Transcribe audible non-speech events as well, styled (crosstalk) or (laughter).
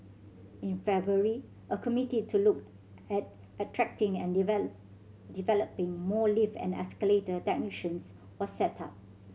in February a committee to look at attracting and (unintelligible) developing more lift and escalator technicians was set up